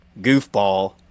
goofball